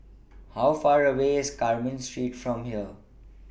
How Far away IS Carmen Street from here